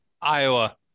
Iowa